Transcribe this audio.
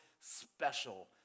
special